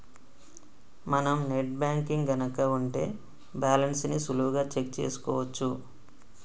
మనం net banking గనక ఉంటే బ్యాలెన్స్ ని సులువుగా చెక్ చేసుకోవచ్చు